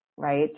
right